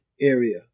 area